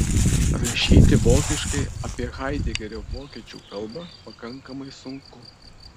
rašyti vokiškai apie haidegerio vokiečių kalbą pakankamai sunku